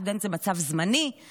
סטודנט זה מצב זמני,